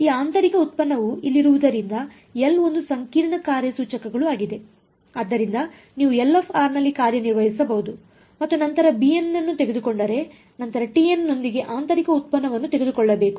ಈ ಆಂತರಿಕ ಉತ್ಪನ್ನವು ಇಲ್ಲಿರುವುದರಿಂದ ಎಲ್ ಒಂದು ಸಂಕೀರ್ಣ ಕಾರ್ಯಸೂಚಕಗಳು ಆಗಿದೆ ಆದ್ದರಿಂದ ನೀವು ನಲ್ಲಿ ಕಾರ್ಯನಿರ್ವಹಿಸಬೇಕು ಮತ್ತು ನಂತರ bn ಅನ್ನು ತೆಗೆದುಕೊಂಡು ನಂತರ tn ನೊಂದಿಗೆ ಆಂತರಿಕ ಉತ್ಪನ್ನವನ್ನು ತೆಗೆದುಕೊಳ್ಳಬೇಕು